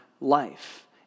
life